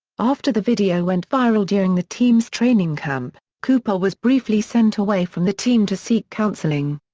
after the video went viral during the team's training camp, cooper was briefly sent away from the team to seek counseling.